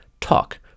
Talk